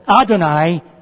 Adonai